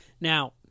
Now